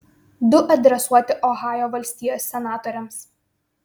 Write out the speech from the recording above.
du adresuoti ohajo valstijos senatoriams